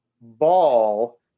ball